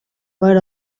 per